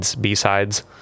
B-sides